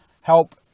help